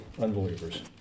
unbelievers